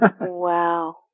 Wow